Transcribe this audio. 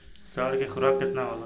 साढ़ के खुराक केतना होला?